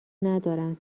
ندارن